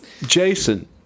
Jason